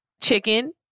chicken